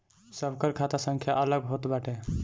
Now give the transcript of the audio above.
सबकर खाता संख्या अलग होत बाटे